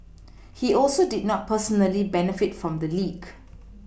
he also did not personally benefit from the leak